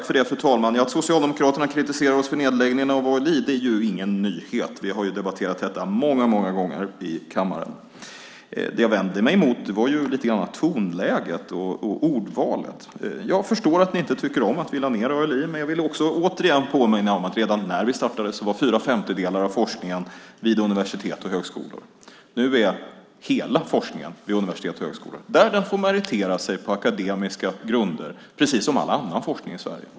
Fru talman! Att Socialdemokraterna kritiserar oss för nedläggningen av ALI är ju ingen nyhet. Vi har debatterat detta många gånger i kammaren. Det jag vände mig emot var tonläget och ordvalet. Jag förstår att ni inte tycker om att vi lade ned ALI, men jag vill också återigen påminna om att redan när vi startade bedrevs fyra femtedelar av forskningen vid universitet och högskolor. Nu bedrivs hela forskningen vid universitet och högskolor där den får meritera sig på akademiska grunder, precis som all annan forskning i Sverige.